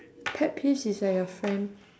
pet peeves is like your friend